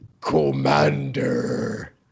Commander